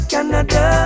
Canada